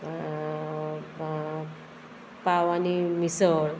पाव पाव आनी मिसळ